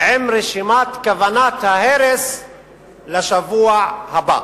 ועם רשימת כוונת ההרס לשבוע הבא.